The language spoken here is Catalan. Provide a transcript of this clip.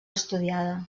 estudiada